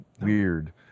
weird